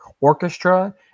orchestra